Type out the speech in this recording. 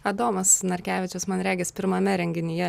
adomas narkevičius man regis pirmame renginyje